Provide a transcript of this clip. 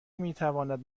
میتواند